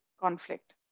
conflict